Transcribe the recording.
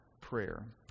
prayer